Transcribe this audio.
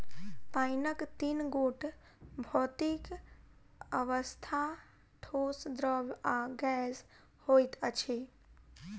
पाइनक तीन गोट भौतिक अवस्था, ठोस, द्रव्य आ गैस होइत अछि